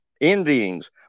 envyings